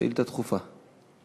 שאילתה דחופה.